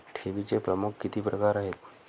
ठेवीचे प्रमुख किती प्रकार आहेत?